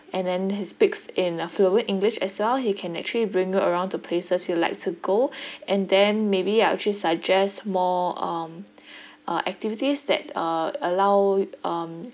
and then he speaks in a fluent english as well he can actually bring you around to places you would like to go and then maybe I would actually suggest more um uh activities that uh allow y~ um